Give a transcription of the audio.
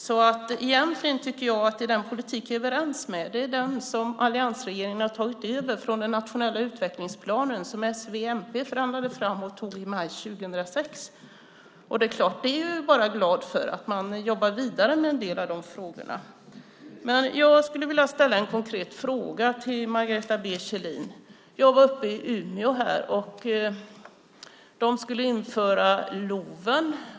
Den politik vi är överens om är egentligen den som alliansregeringen tagit över från den nationella utvecklingsplanen som s, v och mp förhandlade fram och antog i maj 2006. Vi är förstås glada för att man jobbar vidare med en del av de frågorna. Jag skulle vilja ställa en konkret fråga till Margareta B Kjellin. Jag var i Umeå där de skulle införa LOV.